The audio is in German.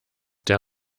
der